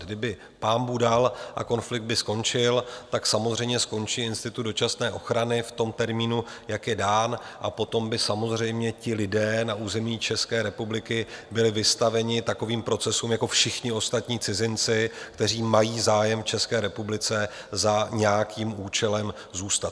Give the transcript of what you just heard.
Kdyby pánbůh dal a konflikt by skončil, tak samozřejmě skončí institut dočasné ochrany v tom termínu, jak je dán, a potom by samozřejmě ti lidé na území České republiky byli vystaveni takovým procesům jako všichni ostatní cizinci, kteří mají zájem v České republice za nějakým účelem zůstat.